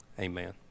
amen